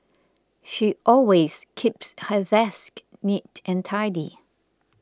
she always keeps her desk neat and tidy